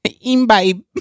Imbibe